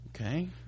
okay